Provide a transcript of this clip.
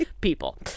people